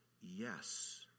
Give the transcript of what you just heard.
yes